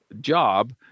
job